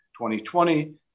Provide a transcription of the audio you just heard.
2020